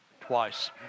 Twice